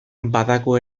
badago